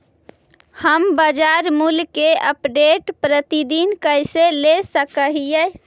हम बाजार मूल्य के अपडेट, प्रतिदिन कैसे ले सक हिय?